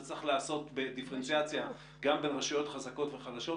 זה צריך להיעשות בדיפרנציאציה בין רשויות חזקות וחלשות.